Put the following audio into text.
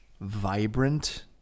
vibrant